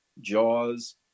JAWS